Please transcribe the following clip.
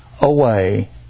away